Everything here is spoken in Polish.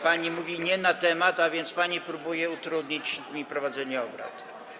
Pani mówi nie na temat, a więc pani próbuje utrudnić mi prowadzenie obrad.